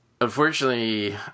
unfortunately